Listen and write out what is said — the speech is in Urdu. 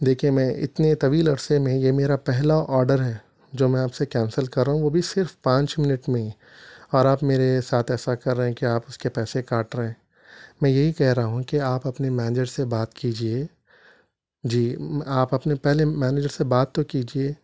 دیکھیے میں اتنے طویل عرصے میں یہ میرا پہلا آڈر ہے جو میں آپ سے کینسل کر رہا ہوں وہ بھی صرف پانچ منٹ میں ہی اور آپ میرے ساتھ ایسا کر رہے ہیں کہ آپ اس کے پیسے کاٹ رہے ہیں میں یہی کہہ رہا ہوں کہ آپ اپنے مینیجر سے بات کیجیے جی آپ اپنے پہلے مینیجر سے بات تو کیجیے